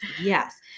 Yes